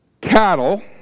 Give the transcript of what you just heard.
cattle